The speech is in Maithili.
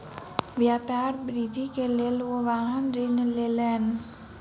व्यापार वृद्धि के लेल ओ वाहन ऋण लेलैन